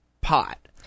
pot